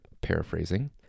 paraphrasing